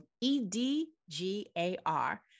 E-D-G-A-R